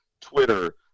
Twitter